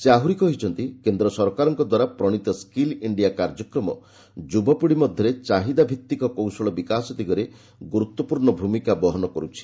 ସେ ଆହୁରି କହିଛନ୍ତି କେନ୍ଦ୍ର ସରକାରଙ୍କଦ୍ୱାରା ପ୍ରଶୀତ ସ୍କିଲ୍ ଇଣ୍ଡିଆ କାର୍ଯ୍ୟକ୍ରମ ଯୁବପିଢ଼ି ମଧ୍ୟରେ ଚାହିଦାଭିତ୍ତିକ କୌଶଳ ବିକାଶ ଦିଗରେ ଗୁରୁତ୍ୱପୂର୍ଣ୍ଣ ଭୂମିକା ବହନ କରୁଛି